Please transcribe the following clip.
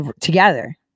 together